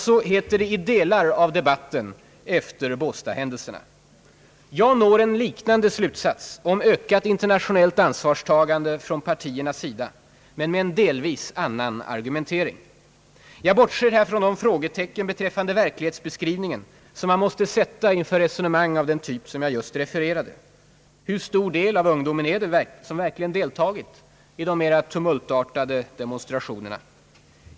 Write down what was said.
Så heter det i delar av debatten efter båstadshändelserna. Jag når en liknande slutsats — om ökat internationellt ansvarstagande från partiernas sida — men med en delvis annan argumentering. Jag bortser här från de frågetecken beträffande verklighetsbeskrivningen som man måste sätta inför resonemang av den typ som jag just refererade. Hur stor del av ungdomen är det som verkligen deltagit i de mera tumultartade demonstrationerna?